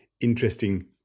interesting